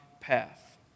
path